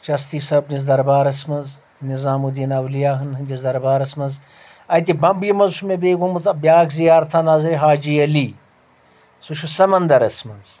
چستی صٲب نِس دربارس منٛز نظام الدیٖن اولیا ہٕنٛدۍ ہٕنٛدس دربارس منٛز اتہِ بمبیہِ منٛز چھُ مےٚ بیٚیہِ گوٚومُت بیٚاکھ زیارتھا حاجی علی سُہ چھُ سمنٛدرس منٛز